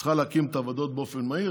היא צריכה להקים את הוועדות באופן מהיר.